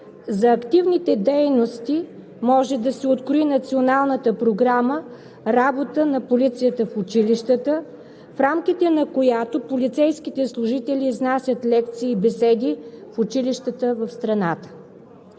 за активните дейности може да се открои Националната програма „Работа на полицията в училищата“, в рамките на която полицейските служители изнасят лекции и беседи в училищата в страната.